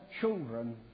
children